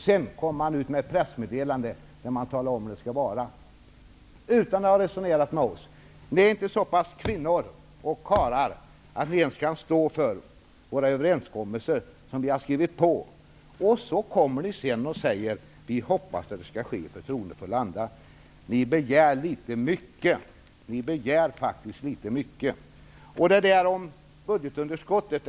Sedan gick man ut med ett pressmeddelande, där man utan att ha resonerat med oss socialdemokrater talade om hur det skulle vara. Ni är inte så pass mycket kvinnor och karlar att ni ens kan stå för underskrivna överenskommelser. Sedan kommer ni och säger: Vi hoppas att frågorna skall hanteras i förtroendefull anda. Ni begär faktiskt litet väl mycket.